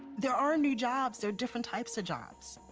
there are new jobs, there are different types of jobs.